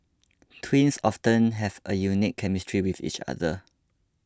twins often have a unique chemistry with each other